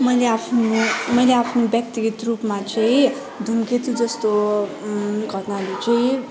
मैले आफ्नो मैले आफ्नो व्यक्तिगत रुपमा चाहिँ धुमकेतु जस्तो घटनाहरू चाहिँ